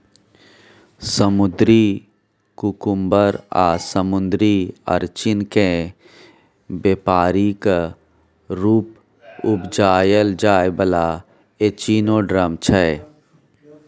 समुद्री कुकुम्बर आ समुद्री अरचिन केँ बेपारिक रुप उपजाएल जाइ बला एचिनोडर्म छै